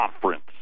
conference